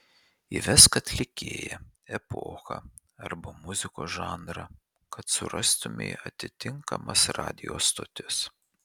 įvesk atlikėją epochą arba muzikos žanrą kad surastumei atitinkamas radijo stotis